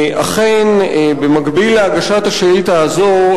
אכן במקביל להגשת השאילתא הזו,